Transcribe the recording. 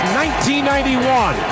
1991